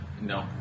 No